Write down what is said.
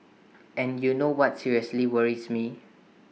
and you know what seriously worries me